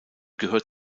gehört